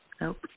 Nope